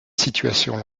situation